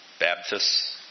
Baptists